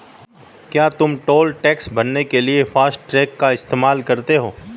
क्या तुम toll tax भरने के लिए फासटेग का इस्तेमाल करते हो?